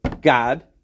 God